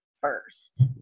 first